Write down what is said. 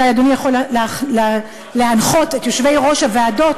אולי אדוני יכול להנחות את יושבי-ראש הוועדות,